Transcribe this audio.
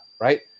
right